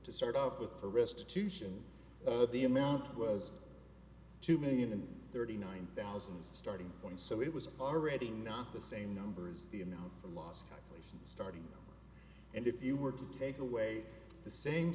to start off with for restitution the amount was two million thirty nine thousand starting point so it was already not the same number as the amount last place starting and if you were to take away the same